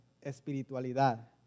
espiritualidad